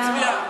הוא הצביע,